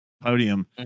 podium